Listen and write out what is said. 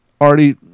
already